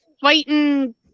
fighting